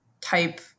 type